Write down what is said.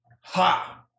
ha